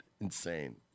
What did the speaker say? insane